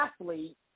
athlete